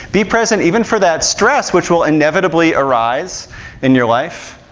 be present even for that stress which will inevitably arise in your life.